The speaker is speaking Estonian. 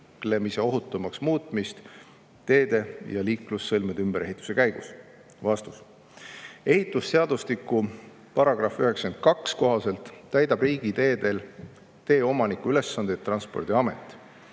liiklemise ohutumaks muutmist teede ja liiklussõlmede ümberehituse käigus?" Ehitusseadustiku § 92 kohaselt täidab riigiteedel tee omaniku ülesandeid Transpordiamet.